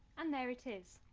and there it is.